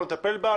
לא נטפל בה,